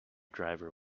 driver